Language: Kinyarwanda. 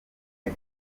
ati